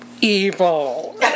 evil